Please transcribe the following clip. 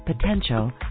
potential